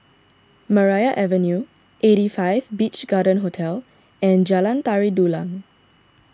Maria Avenue eighty five Beach Garden Hotel and Jalan Tari Dulang